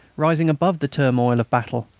rising above the turmoil of battle.